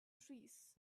trees